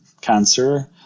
cancer